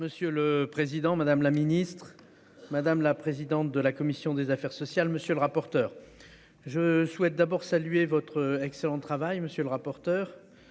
Monsieur le président, madame la ministre, madame la présidente de la commission des affaires sociales. Monsieur le rapporteur. Je souhaite d'abord saluer votre excellent travail. Monsieur le rapporteur